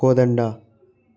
కోదండ